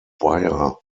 beyer